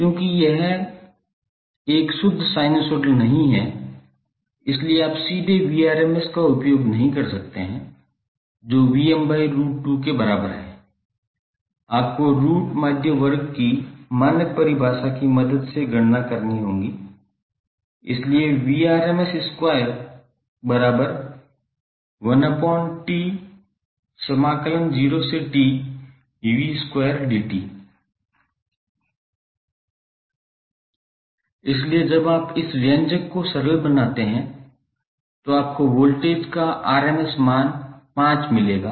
चूँकि यह एक शुद्ध साइनसोइडल नहीं है इसलिए आप सीधे Vrms का उपयोग नहीं कर सकते हैं जो Vm by root 2 के बराबर है आपको रूट माध्य वर्ग की मानक परिभाषा की मदद से गणना करनी है इसलिए इसलिए जब आप इस व्यंजक को सरल बनाते हैं तो आपको वोल्टेज का आरएमएस मान 5 मिलेगा